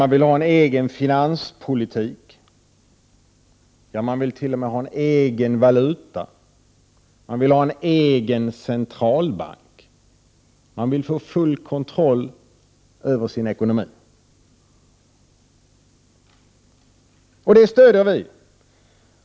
Den vill ha en egen finanspolitik, t.o.m. en egen valuta och en egen centralbank och få full kontroll över sin ekonomi. Detta stöder vi.